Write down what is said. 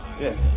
Yes